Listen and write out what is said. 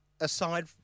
Aside